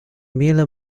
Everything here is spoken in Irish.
míle